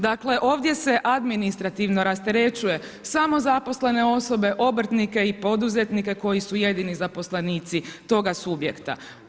Dakle, ovdje se administrativno rasterećuje samo zaposlene osobe, obrtnike i poduzetnike koji su jedini zaposlenici toga subjekta.